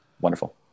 Wonderful